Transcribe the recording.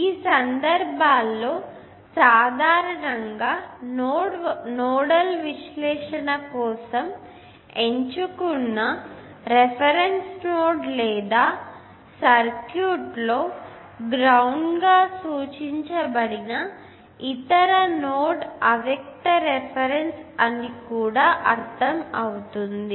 ఆ సందర్భాల్లోసాధారణంగా నోడల్ విశ్లేషణ కోసం ఎంచుకున్న రిఫరెన్స్ నోడ్ లేదా సర్క్యూట్లో గ్రౌండ్ గా సూచించబడిన ఇతర నోడ్ అవ్యక్త రిఫరెన్స్ నోడ్ అని అర్ధం అవుతుంది